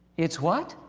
it's what?